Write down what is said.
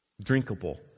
drinkable